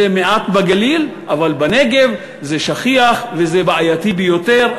זה מעט בגליל, אבל בנגב זה שכיח וזה בעייתי ביותר.